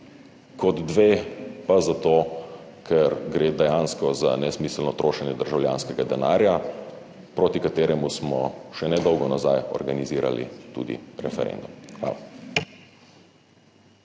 kot dve pa zato, ker gre dejansko za nesmiselno trošenje državljanskega denarja, proti kateremu smo še nedolgo nazaj organizirali tudi referendum. Hvala.